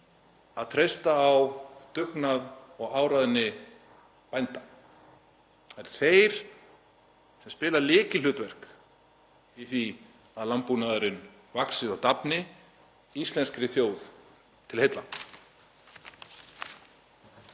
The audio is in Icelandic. að treysta á dugnað og áræðni bænda. Það eru þeir sem spila lykilhlutverk í því að landbúnaðurinn vaxi og dafni íslenskri þjóð til heilla.